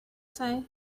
say